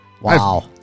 Wow